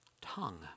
tongue